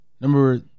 Number